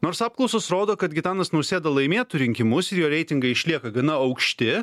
nors apklausos rodo kad gitanas nausėda laimėtų rinkimus ir jo reitingai išlieka gana aukšti